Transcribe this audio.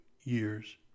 years